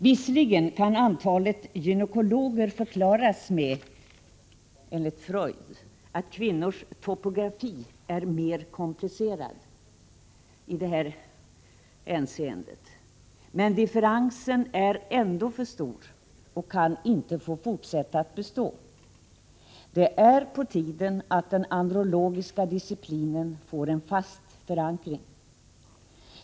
Visserligen kan antalet gynekologer, enligt Freud, förklaras med att kvinnans topografi är mer komplicerad i detta hänseende, men differensen är ändå för stor och kan inte få fortsätta att bestå. Det är på tiden att den andrologiska disciplinen får en fast förankring.